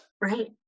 right